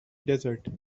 desert